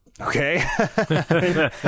Okay